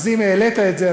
אז הנה, העלית את זה.